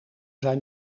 zijn